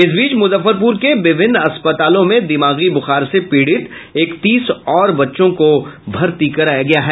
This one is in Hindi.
इस बीच मुजफ्फरपुर के विभिन्न अस्पतालों में दिमागी बुखर से पीड़ित इकतीस और बच्चों को भर्ती कराया गया है